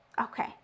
Okay